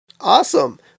Awesome